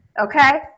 Okay